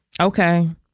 okay